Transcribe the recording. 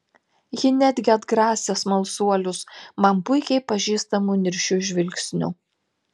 ji netgi atgrasė smalsuolius man puikiai pažįstamu niršiu žvilgsniu